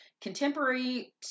contemporary